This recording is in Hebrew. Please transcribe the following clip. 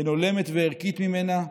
הולמת וערכית ממנה,